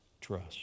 Trust